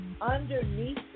underneath